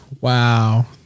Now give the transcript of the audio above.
Wow